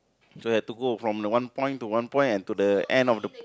so have to go from the one point to one point and to the end of the